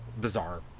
bizarre